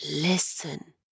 listen